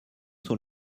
sont